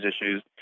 issues